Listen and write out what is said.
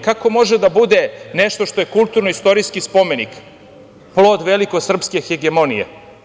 Kako može da bude nešto što je kulturno istorijski spomenik, plod veliko srpske hegemonije?